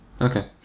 Okay